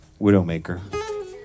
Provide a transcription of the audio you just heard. Widowmaker